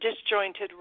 disjointed